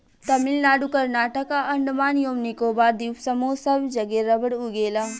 तमिलनाडु कर्नाटक आ अंडमान एवं निकोबार द्वीप समूह सब जगे रबड़ उगेला